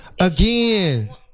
Again